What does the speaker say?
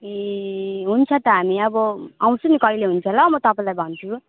ए हुन्छ त हामी अब आउँछु नि कहिले हुन्छ ल म तपाईँलाई भन्छु